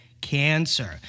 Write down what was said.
cancer